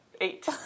eight